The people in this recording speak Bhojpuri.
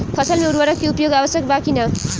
फसल में उर्वरक के उपयोग आवश्यक बा कि न?